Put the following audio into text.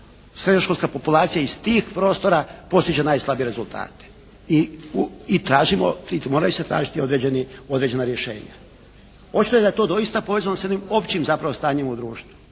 srednjoškolska populacija iz tih prostora postiže najslabije rezultate i tražimo i moraju se tražiti određena rješenja. Očito je da je to doista povezano sa jednim općim zapravo stanjem u društvu.